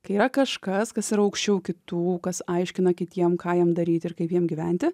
kai yra kažkas kas yra aukščiau kitų kas aiškina kitiem ką jiem daryti ir kaip jiem gyventi